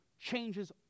changes